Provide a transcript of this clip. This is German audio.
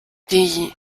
die